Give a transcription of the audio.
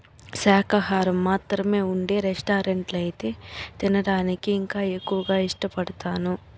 శాకాహారం మాత్రమే ఉండే రెస్టారెంట్లో అయితే తినటానికి ఇంకా ఎక్కువగా ఇష్టపడతాను